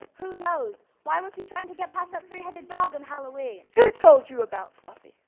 who knows, why was he trying to get past that three headed dog on halloween? who told you about fluffy?